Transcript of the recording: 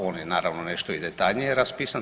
On je naravno nešto i detaljnije raspisan.